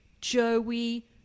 joey